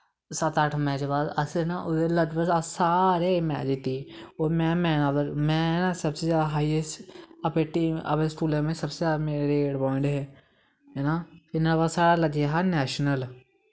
सत्त अट्ठ मैच दे बाद ना अस लगभग सारे मैच जित्तिये में ना सबसे जादा हाईयैस्ट अपनी टीम च अपनें स्कूल च मेरे सबसे जादा मेरे रेट पवाईंट हे ते फिर न्हाड़े बाद साढ़ा लग्गेआ हा नैशनल